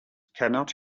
cannot